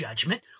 judgment